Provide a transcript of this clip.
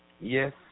Yes